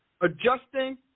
adjusting